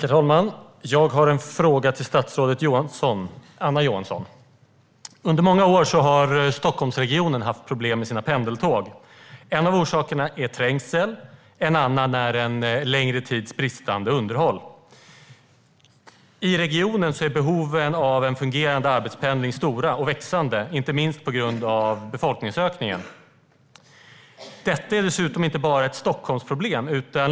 Herr talman! Jag har en fråga till statsrådet Anna Johansson. Under många år har Stockholmsregionen haft problem med sina pendeltåg. En av orsakerna är trängsel, en annan är en längre tids bristande underhåll. I regionen är behoven av en fungerande arbetspendling stora och växande inte minst på grund av befolkningsökningen. Detta är dessutom inte bara ett Stockholmsproblem.